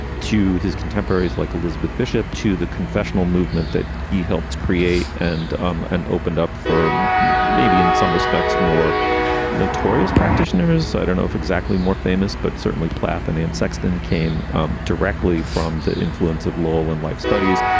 to his contemporaries like elizabeth bishop, to the confessional movement that he helped create and um and opened up for maybe in some respects, more notorious practitioners. i don't know if exactly more famous, but certainly plath and anne sexton came um directly from the influence of lowell and life studies.